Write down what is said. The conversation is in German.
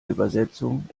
übersetzung